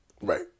Right